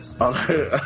On